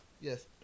Yes